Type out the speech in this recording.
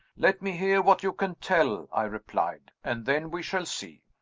let me hear what you can tell i replied, and then we shall see